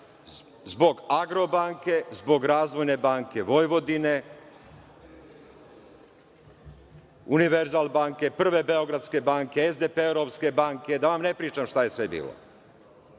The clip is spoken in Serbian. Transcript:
Zbog „Agrobanke“, „Razvojne banke Vojvodine“, „Univerzalbanke“, „Prve beogradske banke“, „SDPR banke“, da vam ne pričam šta je sve bilo,